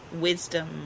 wisdom